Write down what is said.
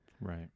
right